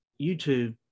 youtube